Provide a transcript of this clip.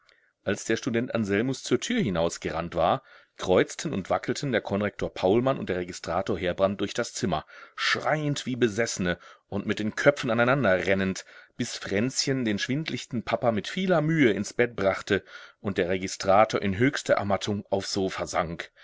als der student anselmus zur tür hinausgerannt war kreuzten und wackelten der konrektor paulmann und der registrator heerbrand durch das zimmer schreiend wie besessene und mit den köpfen aneinander rennend bis fränzchen den schwindlichten papa mit vieler mühe ins bett brachte und der registrator in höchster ermattung aufs sofa sank